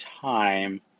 time